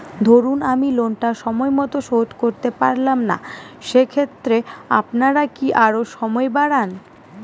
ধরুন আমি লোনটা সময় মত শোধ করতে পারলাম না সেক্ষেত্রে আপনার কি আরো সময় বাড়ান?